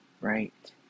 right